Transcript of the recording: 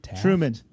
Truman